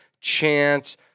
chance